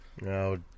No